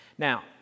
Now